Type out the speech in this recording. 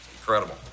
incredible